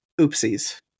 oopsies